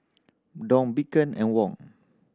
Dong Bitcoin and Won